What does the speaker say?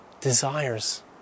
desires